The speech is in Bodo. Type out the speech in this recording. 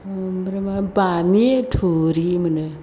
ओमफ्राय बामि थुरि मोनो